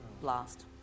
Blast